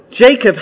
Jacob